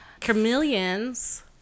Chameleons